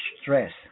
stress